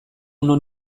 non